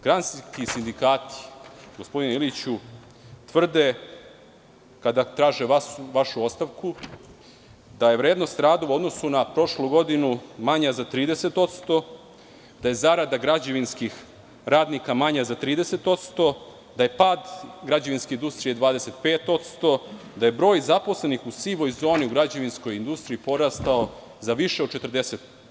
Granski sindikati, gospodine Iliću, tvrde kada traže vašu dozvolu, da je vrednost radova u odnosu na prošlu godinu manja za 30%, da je zarada građevinskih radnika manja za 30%, da je pad građevinske industrije 25%, da je broj zaposlenih u sivoj zoni u građevinskoj industriji porastao za više od 40%